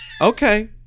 okay